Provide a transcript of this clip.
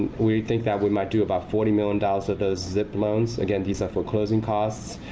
we think that we might do about forty million dollars of those zip loans. again, these are foreclosing costs.